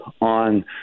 on